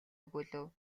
өгүүлэв